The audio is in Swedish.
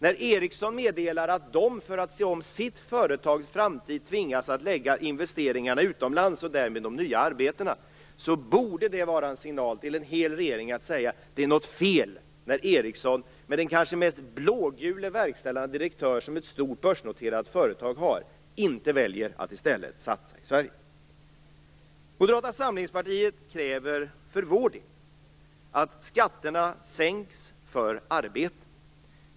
När Ericsson meddelar att man för att se om sitt företags framtid tvingas att lägga investeringarna och därmed de nya arbetena utomlands borde det vara en signal till en hel regering att säga: Det är något fel när Ericsson, med den kanske mest blågule verkställande direktör som något stort börsföretag har, inte väljer att i stället satsa i Vi i Moderata samlingspartiet kräver för vår del att skatterna sänks för arbete.